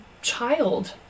child